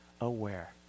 aware